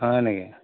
হয় নেকি